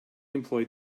employed